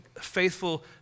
faithful